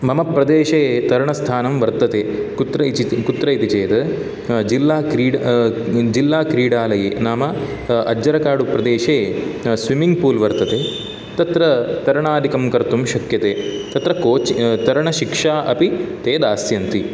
मम प्रदेशे तरणस्थानं वर्तते कुत्र इचि कुत्र इति चेत् जिल्ला क्रीड् जिल्ला क्रीडालये नाम अज्जरकाडुप्रदेशे स्विम्मिङ्ग् पूल् वर्तते तत्र तरणादिकं कर्तुं शक्यते तत्र कोच् तरणशिक्षा अपि ते दास्यन्ति